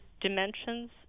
dimensions